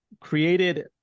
created